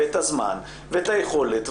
ואת הזמן ואת היכולת,